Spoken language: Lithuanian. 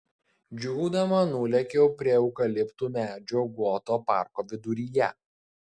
džiūgaudama nulėkiau prie eukaliptų medžių guoto parko viduryje